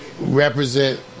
represent